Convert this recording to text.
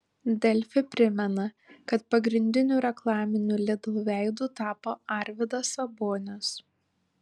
delfi primena kad pagrindiniu reklaminiu lidl veidu tapo arvydas sabonis